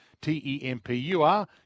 T-E-M-P-U-R